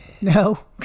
No